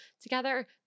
together